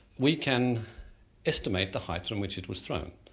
we can estimate the height from which it was thrown.